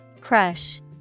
Crush